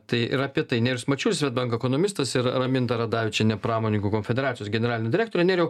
tai ir apie tai nerijus mačiulis svedbank ekonomistas ir raminta radavičienė pramoninkų konfederacijos generalinė direktorė nerijau